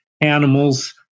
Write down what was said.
animals